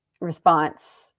response